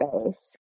space